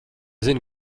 zini